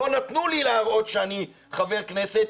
לא נתנו לי להראות שאני חבר כנסת,